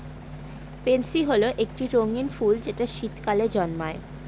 pansy হল একটি রঙ্গীন ফুল যেটা শীতকালে জন্মায়